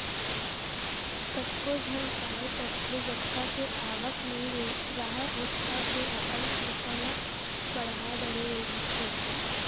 कतको झन काय करथे जतका के आवक नइ राहय ओतका के अपन खरचा ल बड़हा डरे रहिथे